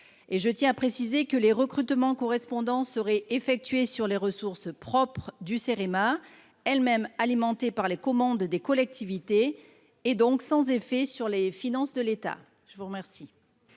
Je tiens à préciser que les recrutements correspondants seraient effectués sur les ressources propres du Cerema, elles mêmes alimentées par les commandes des collectivités, donc sans effet sur les finances de l’État. L’amendement